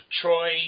Troy